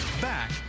Back